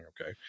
Okay